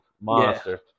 Monster